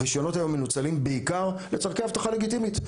מנוצלים בעיקר לצורכי אבטחה לגיטימית,